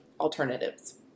alternatives